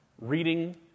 reading